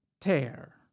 tear